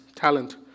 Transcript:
Talent